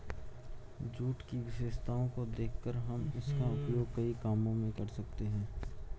jute की विशेषताओं को देखकर हम इसका उपयोग कई कामों में कर सकते हैं